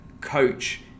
coach